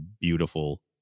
beautiful